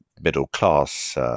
middle-class